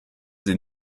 sie